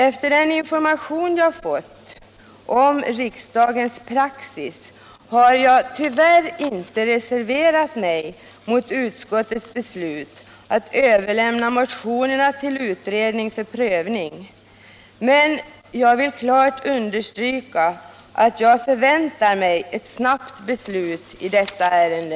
Efter den information jag fått om riksdagens praxis har jag tyvärr inte reserverat mig mot utskottets beslut att överlämna motionerna till utredningen för prövning, men jag vill klart understryka att jag förväntar mig ett snabbt beslut i detta ärende.